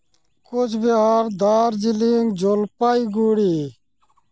ᱠᱳᱪ Behar Darjeeling Jalpaiguri